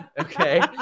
okay